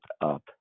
up